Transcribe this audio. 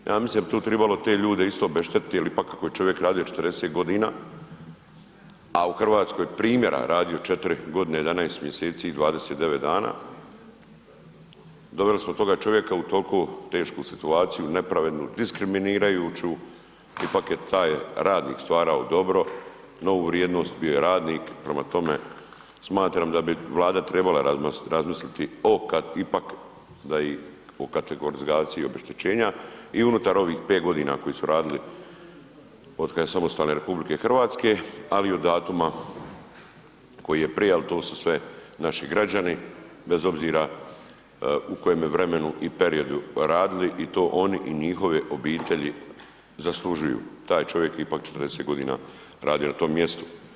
Ja mislim da bi tu tribalo te ljude isto obeštetiti jel ipak ako je čovjek radio 40.g., a u RH primjera radio 4.g., 11. mjeseci i 29 dana, doveli smo toga čovjeka u toliko tešku situaciju, nepravednu, diskriminirajuću, ipak je taj radnik stvarao dobro, novu vrijednost, bio je radnik, prema tome smatram da bi Vlada trebala razmisliti o, ipak da ih o kategorizaciji obeštećenja i unutar ovih 5.g. koje su radili otkad je samostalne RH, ali i od datuma koji je prija, al to su sve naši građani bez obzira u kojem vremenu i periodu radili i to oni i njihove obitelji zaslužuju, taj čovjek je ipak 40.g. radio na tom mjestu.